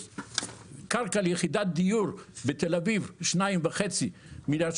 קרקע ליחידת דיור בתל אביב זה 2.5 מיליארד.